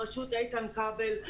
בראשות איתן כבל,